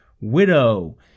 widow